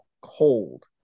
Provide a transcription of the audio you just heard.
cold